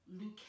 Luke